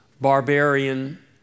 barbarian